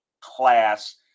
class